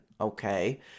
okay